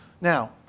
Now